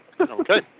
Okay